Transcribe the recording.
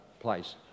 place